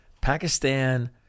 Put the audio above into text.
Pakistan